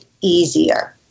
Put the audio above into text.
easier